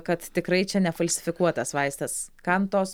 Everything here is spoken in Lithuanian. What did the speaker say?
kad tikrai čia nefalsifikuotas vaistas kam tos